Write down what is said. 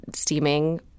steaming